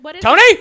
Tony